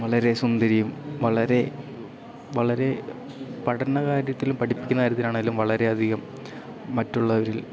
വളരെ സുന്ദരിയും വളരെ വളരെ പഠന കാര്യത്തിലും പഠിപ്പിക്കുന്ന കാര്യത്തിലാണെങ്കിലും വളരെയധികം മറ്റുള്ളവരിൽ